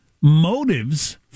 motives